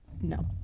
No